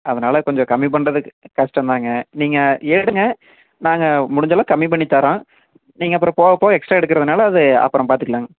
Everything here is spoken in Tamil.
அதனால் கொஞ்சம் கம்மி பண்ணுறதுக்கு கஷ்டம்தாங்க நீங்கள் எடுங்க நாங்கள் முடிஞ்சளவுக்கு கம்மி பண்ணி தரோம் நீங்கள் அப்புறம் போக போக எக்ஸ்டரா எடுக்குறதன்னால அது அப்புறம் பார்த்துக்கலாங்க